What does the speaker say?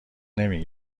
نمی